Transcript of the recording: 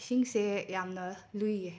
ꯏꯁꯤꯡꯁꯦ ꯌꯥꯝꯅ ꯂꯨꯏꯌꯦ